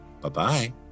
Bye-bye